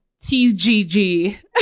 TGG